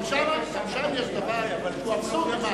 גם שם יש דבר שהוא אבסורד.